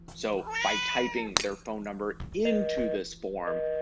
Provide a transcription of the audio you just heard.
so, by typing their phone number into this form,